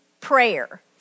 prayer